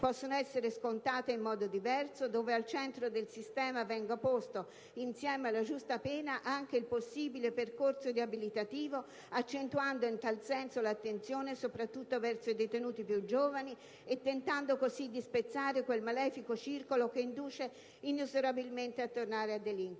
possano essere scontate in modo diverso, dove al centro del sistema venga posto, insieme alla giusta pena, anche il possibile percorso riabilitativo, accentuando in tal senso l'attenzione soprattutto verso i detenuti più giovani e tentando così di spezzare quel malefico circolo che induce inesorabilmente a tornare a delinquere.